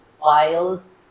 files